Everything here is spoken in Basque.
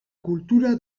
kultura